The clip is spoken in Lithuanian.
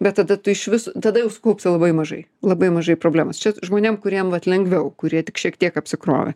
bet tada tu išvis tada jau sukaupsi labai mažai labai mažai problemos čia žmonėm kuriem vat lengviau kurie tik šiek tiek apsikrovę